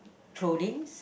clothings